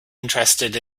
interested